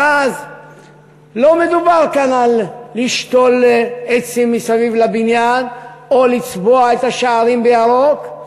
ולא מדובר כאן על לשתול עצים מסביב לבניין או לצבוע את השערים בירוק,